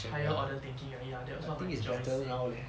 higher order thinking uh ya that's what my teacher always say